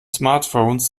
smartphones